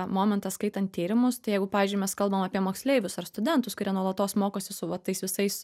momentas skaitant tyrimus tai jeigu pavyzdžiui mes kalbam apie moksleivius ar studentus kurie nuolatos mokosi su va tais visais